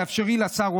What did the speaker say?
תאפשרי לשר,